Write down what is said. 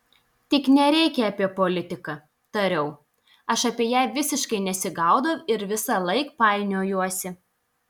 tik nereikia apie politiką tariau aš apie ją visiškai nesigaudau ir visąlaik painiojuosi